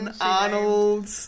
Arnold